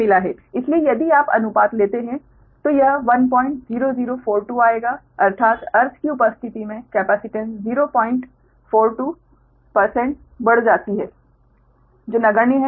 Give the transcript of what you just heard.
इसलिए यदि आप अनुपात लेते हैं तो यह 10042 आएगा अर्थात अर्थ की उपस्थिति में कैपेसिटेन्स 042 प्रतिशत बढ़ जाती है जो नगण्य है